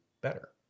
better